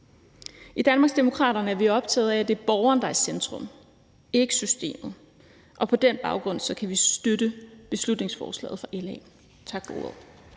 I Danmarksdemokraterne er vi optagede af, at det er borgeren, der er i centrum, og ikke systemet. Og på den baggrund kan vi støtte beslutningsforslaget fra LA. Tak for